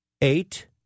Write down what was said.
eight